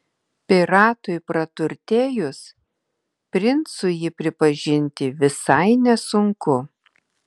piratui praturtėjus princu jį pripažinti visai nesunku